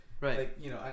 Right